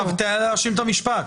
תן לה להשלים את המשפט.